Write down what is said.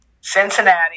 Cincinnati